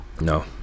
No